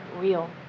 real